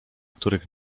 których